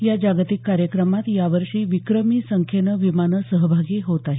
या जागतिक कार्यक्रमात यावर्षी विक्रमी संख्येनं विमानं सहभागी होत आहेत